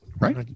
right